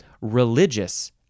religious